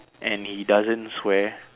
and he doesn't swear